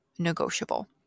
Negotiable